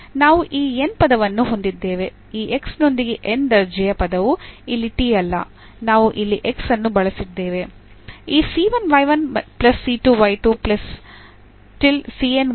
ನಾವು ಈ n ನೇ ಪದವನ್ನು ಹೊಂದಿದ್ದೇವೆ ಈ ನೊಂದಿಗೆ n ನೇ ದರ್ಜೆಯ ಪದವು ಇಲ್ಲಿ ಅಲ್ಲ ನಾವು ಅಲ್ಲಿ x ಅನ್ನು ಬಳಸಿದ್ದೇವೆ